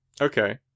Okay